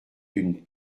d’une